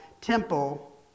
temple